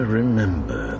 remember